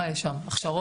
מה יש שם הכשרות?